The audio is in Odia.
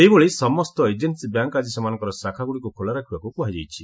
ସେହିଭଳି ସମସ୍ତ ଏଜେନ୍ସୀ ବ୍ୟାଙ୍କ୍ ଆଜି ସେମାନଙ୍କର ଶାଖାଗୁଡ଼ିକୁ ଖୋଲା ରଖିବାକୁ କୁହାଯାଇଛି